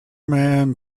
man